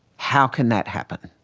how can that happen?